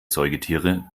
säugetiere